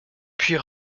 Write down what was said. puis